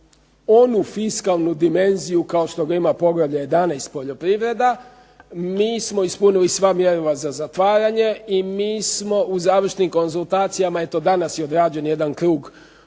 onu fiskalnu dimenziju kao što ga ima Poglavlje 11. – Poljoprivreda. Mi smo ispunili sva mjerila za zatvaranje i mi smo u završnim konzultacijama, eto danas je odrađen jedan krug